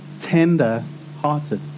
Tender-hearted